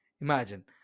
Imagine